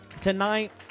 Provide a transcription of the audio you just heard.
tonight